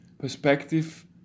perspective